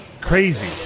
crazy